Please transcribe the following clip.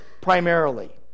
primarily